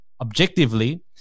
objectively